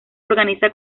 organiza